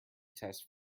test